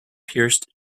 pierced